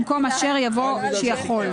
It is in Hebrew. במקום "אשר" יבוא "שיכול".